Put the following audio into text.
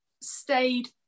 stayed